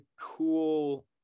cool